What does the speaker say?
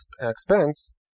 expense